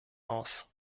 aus